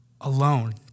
alone